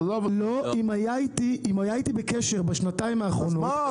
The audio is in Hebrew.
אם הוא היה איתי בקשר בשנתיים האחרונות --- אז מה?